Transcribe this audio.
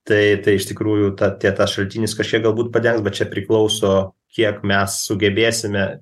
tai tai iš tikrųjų ta tie tas šaltinis kažkiek galbūt padengs bet čia priklauso kiek mes sugebėsime